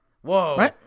Whoa